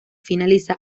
finaliza